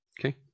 Okay